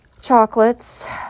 chocolates